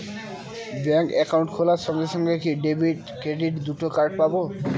Bank account খোলার সঙ্গে সঙ্গে কি ডেবিট ক্রেডিট দুটো কার্ড পাবো?